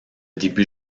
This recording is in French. début